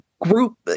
group